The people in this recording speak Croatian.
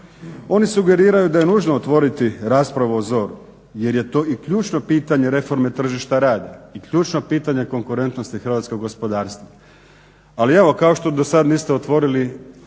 Oni sugeriraju da je nužno otvoriti raspravu o ZOR-u jer je to i ključno pitanje reforme tržišta rada i ključno pitanje konkurentnosti hrvatskog gospodarstva. Ali evo kao što do sada niste otvorili